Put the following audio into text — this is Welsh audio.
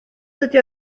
dydy